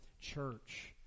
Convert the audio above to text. church